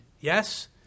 yes